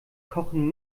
kochen